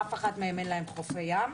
אף אחת מהן אין לה חוף ים,